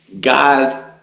God